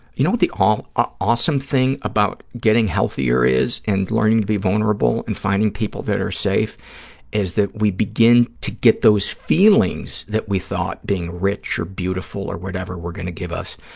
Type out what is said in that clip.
you know what the um ah awesome thing about getting healthier is and learning to be vulnerable and finding people that are safe is that we begin to get those feelings that we thought being rich or beautiful or whatever were going to give us,